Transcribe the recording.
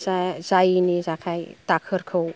जायैनि थाखाय दाखोरखौ